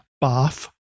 Bath